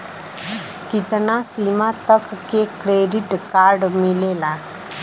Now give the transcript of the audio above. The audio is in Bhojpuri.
कितना सीमा तक के क्रेडिट कार्ड मिलेला?